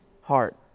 heart